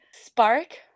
spark